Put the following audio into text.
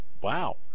Wow